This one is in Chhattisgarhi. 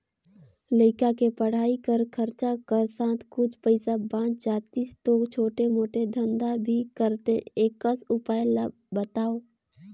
लइका के पढ़ाई कर खरचा कर साथ कुछ पईसा बाच जातिस तो छोटे मोटे धंधा भी करते एकस उपाय ला बताव?